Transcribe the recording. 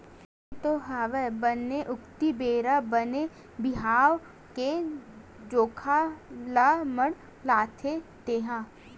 बने तो हवय बने अक्ती बेरा बने बिहाव के जोखा ल मड़हाले तेंहा